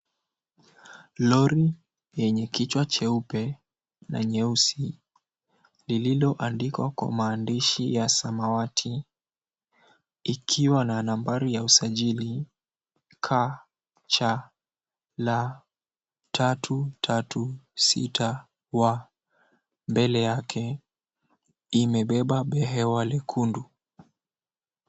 Lori yenye kichwa cheupe na nyeusi lililoandikwa kwa maandishi ya samawati ikiwa na nambari ya usajili KCL 336 W mbele yake imebeba behewa lekundu.